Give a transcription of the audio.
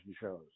shows